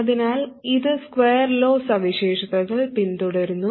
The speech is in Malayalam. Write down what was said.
അതിനാൽ ഇത് സ്ക്വെർ ലോ സവിശേഷതകൾ പിന്തുടരുന്നു